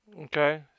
okay